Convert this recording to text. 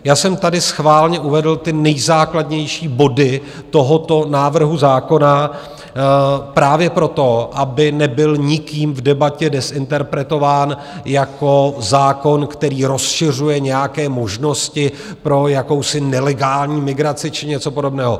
Já jsem tady schválně uvedl ty nejzákladnější body tohoto návrhu zákona právě proto, aby nebyl nikým v debatě dezinterpretován jako zákon, který rozšiřuje nějaké možnosti pro jakousi nelegální migraci či něco podobného.